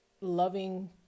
loving